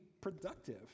productive